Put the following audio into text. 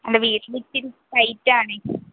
അല്ല വീട്ടിൽ ഇത്തിരി ടയിറ്റ് ആണ്